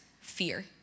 fear